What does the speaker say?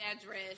address